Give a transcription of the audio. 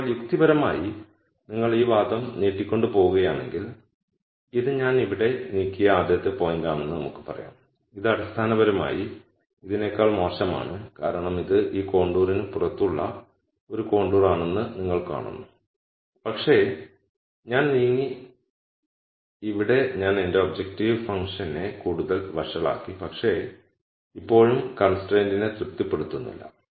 ഇപ്പോൾ യുക്തിപരമായി നിങ്ങൾ ഈ വാദം നീട്ടിക്കൊണ്ടുപോകുകയാണെങ്കിൽ ഇത് ഞാൻ ഇവിടെ നീക്കിയ ആദ്യത്തെ പോയിന്റാണെന്ന് നമുക്ക് പറയാം ഇത് അടിസ്ഥാനപരമായി ഇതിനെക്കാൾ മോശമാണ് കാരണം ഇത് ഈ കോണ്ടൂറിന് പുറത്തുള്ള ഒരു കോണ്ടൂർ ആണെന്ന് നിങ്ങൾ കാണുന്നു പക്ഷേ ഞാൻ നീങ്ങി ഇവിടെ ഞാൻ എന്റെ ഒബ്ജക്റ്റീവ് ഫംഗ്ഷൻനെ കൂടുതൽ വഷളാക്കി പക്ഷേ ഞാൻ ഇപ്പോഴും കൺസ്ട്രെന്റിനെ തൃപ്തിപ്പെടുത്തുന്നില്ല